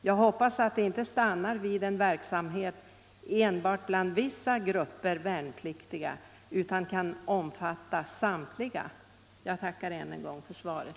Jag hoppas att det inte stannar vid en verksamhet enbart bland vissa grupper värnpliktiga utan att den kan omfatta samtliga. Jag tackar än en gång för svaret.